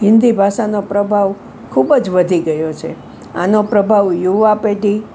હિન્દી ભાષાનો પ્રભાવ ખૂબ જ વધી ગયો છે આનો પ્રભાવ યુવા પેઢી